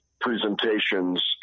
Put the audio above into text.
presentations